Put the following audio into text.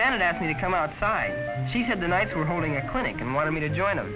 then asked me to come outside she said the nights were holding a clinic and wanted me to join them